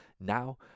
now